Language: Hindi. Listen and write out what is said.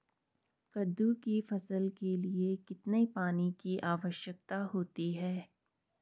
कद्दू की फसल के लिए कितने पानी की आवश्यकता होती है?